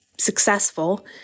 successful